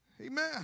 Amen